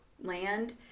land